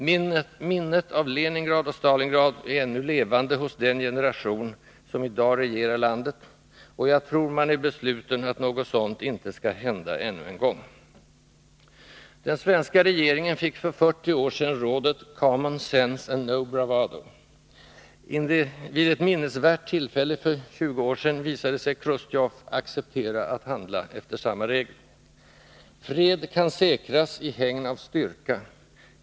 Minnet av Leningrad och Stalingrad är ännu levande hos den generation som i dag regerar landet, och jag tror att man är besluten att något sådant inte skall hända ännu en gång. Den svenska regeringen fick för 40 år sedan rådet ”common sense and no bravado”. Vid ett minnesvärt tillfälle för 20 år sedan visade sig Chrusjtjov acceptera att handla efter samma regel. Fred kan säkras i hägn av styrka.